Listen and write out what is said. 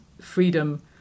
freedom